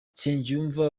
nsengiyumva